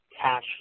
cash